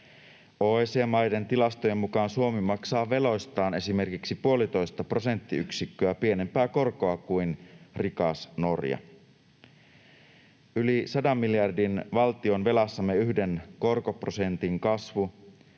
OECD-maiden tilastojen mukaan Suomi maksaa veloistaan esimerkiksi puolitoista prosenttiyksikköä pienempää korkoa kuin rikas Norja. Yli 100 miljardin valtionvelassamme 1 korkoprosentin kasvu